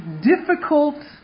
difficult